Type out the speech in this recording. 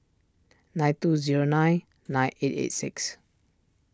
nine two zero nine nine eight eight six